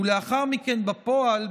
ולאחר מכן בפועל,